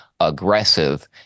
aggressive